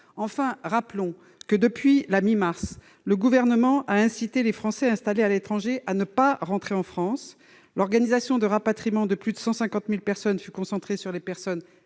Enfin, rappelons que, depuis la mi-mars, le Gouvernement a incité les Français installés à l'étranger à ne pas rentrer en France. De plus, l'organisation du rapatriement de plus de 150 000 personnes fut concentrée sur les personnes